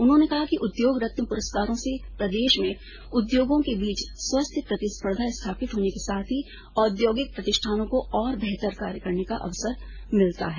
उन्होंने कहा कि उद्योग रत्न पुरस्कारों से प्रदेश में उद्योगों के बीच स्वस्थ्य प्रतिस्पर्धा स्थापित होने के साथ ही औद्योगिक प्रतिष्ठानों को और बेहतर कार्य करने का अवसर मिलता है